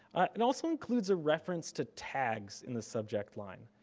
it also includes a reference to tags in the subject line.